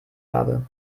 habe